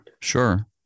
Sure